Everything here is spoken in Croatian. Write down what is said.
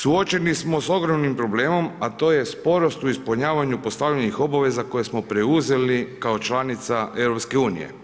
Suočeni smo s ogromnim problemom, a to je sporost u ispunjavanju postavljenih obaveza koje smo preuzeli kao članica EU.